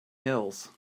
hills